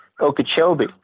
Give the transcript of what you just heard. Okeechobee